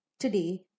Today